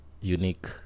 unique